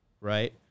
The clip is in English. right